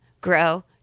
grow